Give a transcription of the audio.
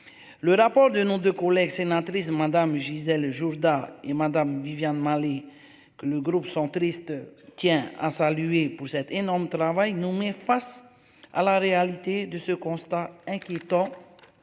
Le rapport de noms de collègues sénatrice Madame Gisèle Jourda et Madame Viviane Malet que le groupe centriste. Tiens à saluer pour cet énorme travail non mais face à la réalité de ce constat inquiétant.